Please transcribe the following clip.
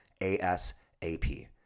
ASAP